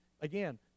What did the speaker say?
again